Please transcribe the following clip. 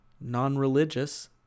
non-religious